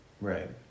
Right